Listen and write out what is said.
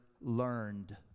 learned